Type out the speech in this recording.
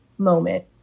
moment